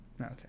Okay